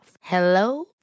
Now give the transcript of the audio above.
Hello